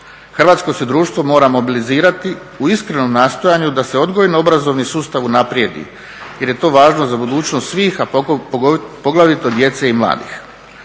Hrvatsko se društvo mora mobilizirati u iskrenom nastojanju da se odgojno-obrazovni sustav unaprijedi jer je to važno za budućnost svih a poglavito djece i mladih.